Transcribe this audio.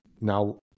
now